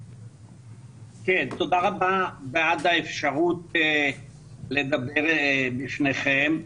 כן, תודה רבה בעד האפשרות לדבר בפניכם.